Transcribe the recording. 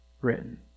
written